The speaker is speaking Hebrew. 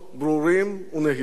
ברורים ונהירים.